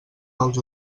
dels